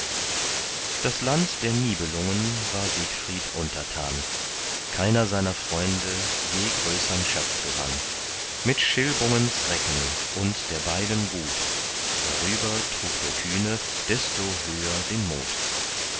das land der nibelungen war siegfried untertan keiner seiner freunde je größern schatz gewann mit schilbungens recken und der beiden gut darüber trug der kühne desto höher den mut